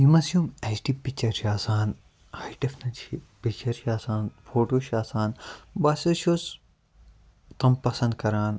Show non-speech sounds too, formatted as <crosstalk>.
یِم حظ یِم اٮ۪چ ڈی پِکچَر چھِ آسان <unintelligible> پِکچَر چھِ آسان فوٹوٗ چھِ آسان بہٕ ہسا چھُس تِم پسنٛد کران